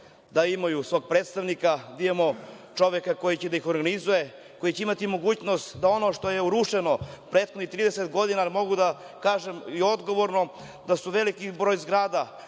da imaju svog predstavnika, da imamo čoveka koji će da ih organizuje, koji će imati mogućnost da ono što je urušeno prethodnih 30 godina, jer mogu da kažem i odgovorno da je veliki broj zgrada